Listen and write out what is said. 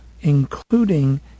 including